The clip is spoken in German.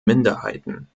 minderheiten